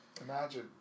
Imagine